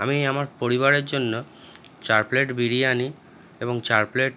আমি আমার পরিবারের জন্য চার প্লেট বিরিয়ানি এবং চার প্লেট